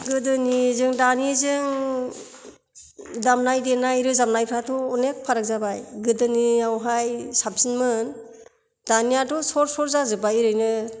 गोदोनिजों दानिजों दामनाय देनाय रोजाबनायफ्राथ' गोबां फाराग जाबाय गोदोनियाव हाय साबसिनमोन दानियाथ' सर्थ सर्थ जाजोब्बाय ओरैनो